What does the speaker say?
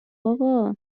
بابا